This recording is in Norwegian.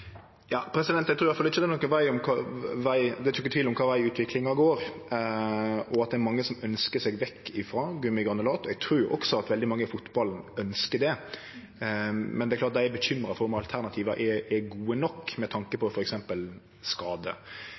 Eg trur i alle fall ikkje det er nokon tvil om kva veg utviklinga går, og at det er mange som ønskjer seg vekk frå gummigranulat. Eg trur også at veldig mange i fotballen ønskjer det, men det er klart dei er bekymra for om alternativa er gode nok med tanke på